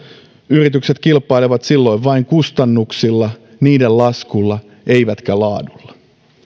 yritykset kilpailevat silloin vain kustannuksilla niiden laskulla eivätkä laadulla